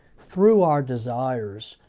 through our desires,